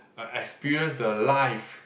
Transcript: uh experience the life